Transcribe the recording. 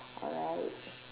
alright